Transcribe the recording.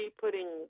putting